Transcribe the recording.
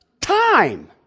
time